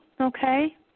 okay